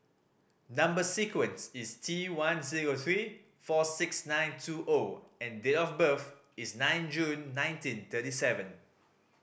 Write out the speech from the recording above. number sequence is T one zero three four six nine two O and date of birth is nine June nineteen thirty seven